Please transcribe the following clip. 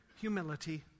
humility